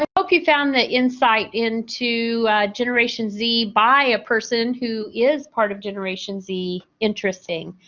i hope you found the insight into generation z by a person who is part of generation z interesting.